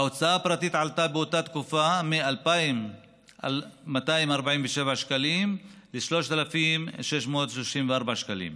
ההוצאה הפרטית עלתה באותה תקופה מ-2,247 שקלים ל-3,634 שקלים.